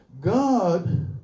God